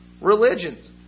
religions